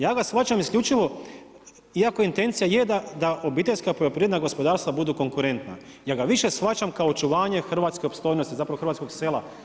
Ja vas shvaćam isključivo, iako intencija, je da obiteljska poljoprivredno gospodarstva budu konkurentna, ja ga više shvaćam kao očuvanje hrvatske opstojnosti, zapravo hrvatskog sela.